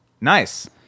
Nice